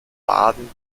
baden